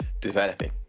developing